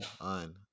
on